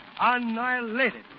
annihilated